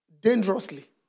dangerously